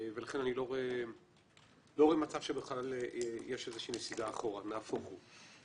ולכן אני לא רואה מצב שיש נסיגה אחורה, נהפוך הוא.